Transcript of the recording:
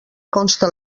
consta